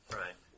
right